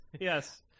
Yes